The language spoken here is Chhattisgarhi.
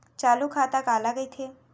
चालू खाता काला कहिथे?